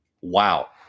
Wow